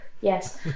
Yes